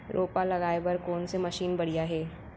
रोपा लगाए बर कोन से मशीन बढ़िया हे?